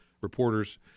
reporters